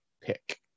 pick